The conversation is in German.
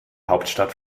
hauptstadt